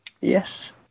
yes